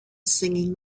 singing